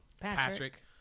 Patrick